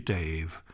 Dave